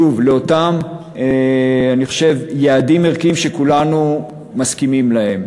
שוב, לאותם יעדים ערכיים שכולנו מסכימים עליהם,